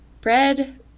bread